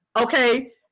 okay